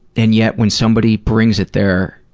and yet, when somebody brings it there,